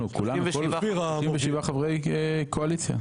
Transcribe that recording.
אנחנו, כולנו, 37 חברי קואליציה.